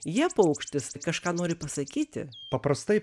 jie paukštis kažką nori pasakyti paprastai